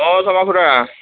অ শৰ্মা খুৰা